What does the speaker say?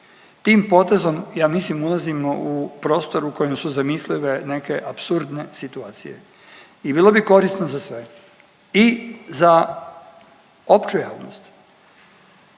Tim potezom ja mislim ulazimo u prostor u kojem su zamislive neke apsurdne situacije i bilo bi korisno za sve i za opću javnost,